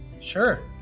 sure